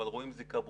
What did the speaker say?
אבל רואים זיקה ברורה.